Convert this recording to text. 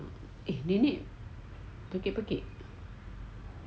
if nenek pekik-pekik